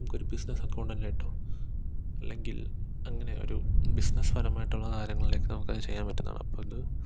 നമുക്ക് ഒരു ബിസിനസ്സ് അക്കൗണ്ടൻ്റായിട്ടോ അല്ലങ്കിൽ അങ്ങനെ ഒരു ബിസിനസ് പരമായിട്ടൊള്ള കാര്യങ്ങളിലേക്ക് നമുക്ക് അത് ചെയ്യാൻ പറ്റുന്നാണ് അപ്പം ഇത്